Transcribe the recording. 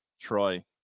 Troy